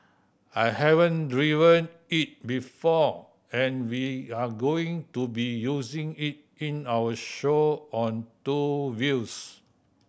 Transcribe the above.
I haven't driven it before and we're going to be using it in our show on two wheels